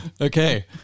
Okay